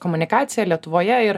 komunikaciją lietuvoje ir